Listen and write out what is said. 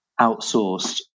outsourced